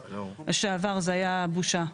לשעבר, זו הייתה בושה,